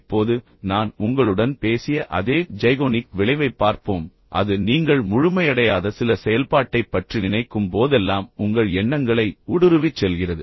இப்போது நான் உங்களுடன் பேசிய அதே ஜைகோனிக் விளைவைப் பார்ப்போம் அது நீங்கள் முழுமையடையாத சில செயல்பாட்டைப் பற்றி நினைக்கும் போதெல்லாம் உங்கள் எண்ணங்களை ஊடுருவிச் செல்கிறது